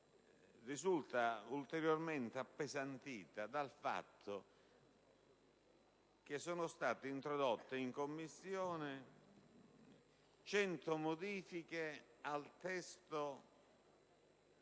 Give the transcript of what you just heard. dicevo - ulteriormente appesantita dal fatto che sono state introdotte in Commissione 100 modifiche al testo